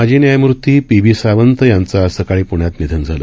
माजी न्यायमूर्ती P B Sawant यांचं आज सकाळी पृण्यात निधन झालं